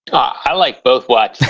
i like both watches